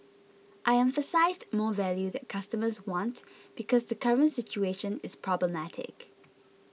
I emphasised more value that customers want because the current situation is problematic